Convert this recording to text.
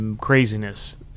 Craziness